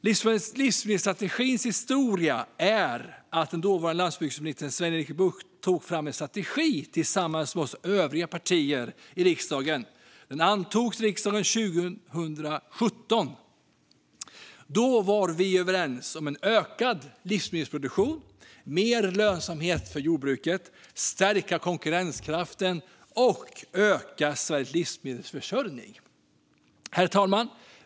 Livsmedelsstrategins historia är denna: Den dåvarande landsbygdsministern Sven-Erik Bucht tog fram en strategi tillsammans med övriga partier i riksdagen. Den antogs i riksdagen 2017. Då var vi överens om en ökad livsmedelsproduktion, om mer lönsamhet för jordbruket, om att stärka konkurrenskraften och om att öka Sveriges livsmedelsförsörjning. Herr talman!